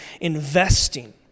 investing